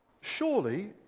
Surely